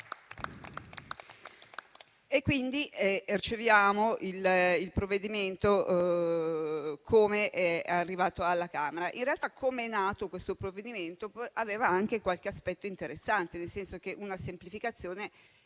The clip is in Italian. Quindi riceviamo il provvedimento, come è arrivato dalla Camera. In realtà, quando è nato, questo provvedimento aveva anche qualche aspetto interessante, nel senso che una semplificazione